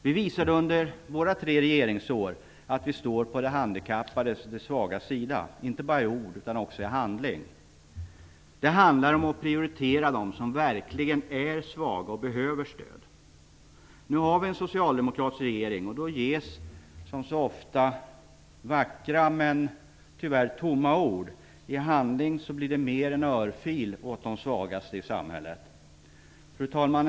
Vi visade under våra tre regeringsår att vi står på de handikappades och de svagas sida, inte bara i ord utan också i handling. Det handlar om att prioritera dem som verkligen är svaga och behöver stöd. Nu har vi en socialdemokratisk regering, och då ges som så ofta vackra men tyvärr tomma ord. I handling blir det mer av en örfil åt de svagaste i samhället. Fru talman!